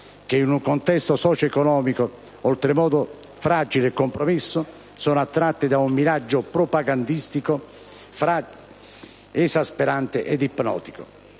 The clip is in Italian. che, in un contesto socio-economico oltremodo fragile e compromesso, sono attratti da un miraggio propagandistico tra esasperante ed ipnotico.